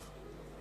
טוב.